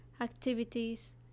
activities